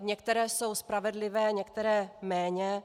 Některé jsou spravedlivé, některé méně.